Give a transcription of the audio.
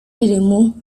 dirimu